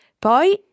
Poi